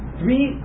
three